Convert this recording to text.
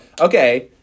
okay